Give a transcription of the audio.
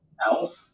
health